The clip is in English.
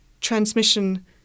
transmission